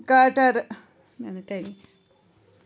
کٹَر مےٚ نَے تَگہِ نہٕ